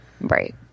Right